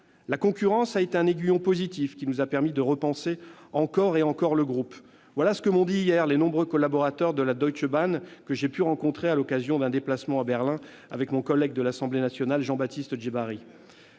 La concurrence a été un aiguillon positif, qui nous a permis de repenser encore et encore le groupe : voilà ce que m'ont dit hier les nombreux collaborateurs de la Deutsche Bahn que j'ai pu rencontrer à l'occasion d'un déplacement à Berlin avec mon collègue de l'Assemblée nationale Jean-Baptiste Djebbari.